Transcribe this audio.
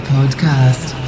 Podcast